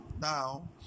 Now